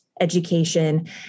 education